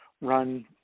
run